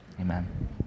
amen